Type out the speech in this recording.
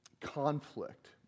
conflict